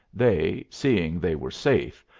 they, seeing they were safe,